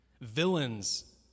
Villains